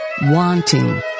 wanting